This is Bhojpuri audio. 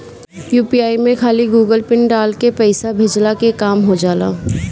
यू.पी.आई में खाली गूगल पिन डाल के पईसा भेजला के काम हो होजा